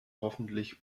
hoffentlich